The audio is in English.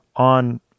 on